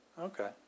Okay